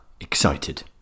excited